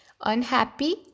Unhappy